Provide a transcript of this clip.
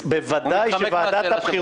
אז בוודאי שוועדת הבחירות